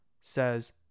says